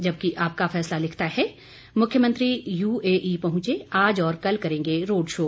जबकि आपका फैसला लिखता है मुख्यमंत्री यूएई पहुंचे आज और कल करेंगे रोड शो